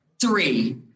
three